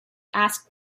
ask